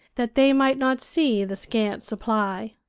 that they might not see the scant supply.